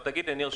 ניר,